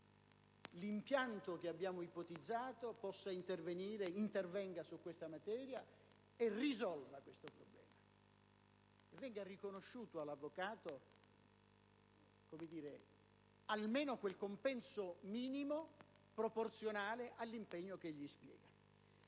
l'impianto che abbiamo ipotizzato possa intervenire e intervenga sulla materia e risolva questo problema; auspichiamo che venga riconosciuto all'avvocato almeno quel compenso minimo proporzionale all'impegno che egli dispiega.